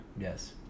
Yes